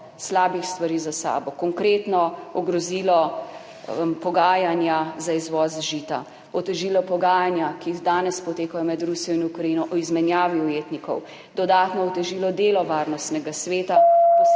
slabih stvari za sabo, konkretno ogrozilo pogajanja za izvoz žita, otežilo pogajanja, ki danes potekajo med Rusijo in Ukrajino o izmenjavi ujetnikov, dodatno otežilo delo varnostnega sveta,